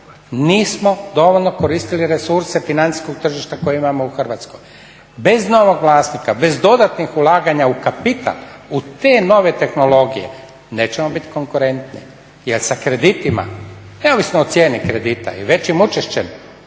nismo dovoljno koristili resurse financijskog tržišta koje imamo u Hrvatskoj. Bez novog vlasnika, bez dodatnih ulaganja u kapital u te nove tehnologije nećemo biti konkurentni jer sa kreditima, neovisno o cijeni kredita i većim učešćem